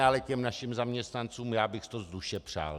Ale těm našim zaměstnancům bych to z duše přál.